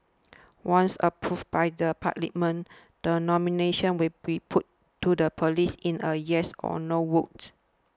once approved by Parliament the nomination will be put to the police in a yes or no vote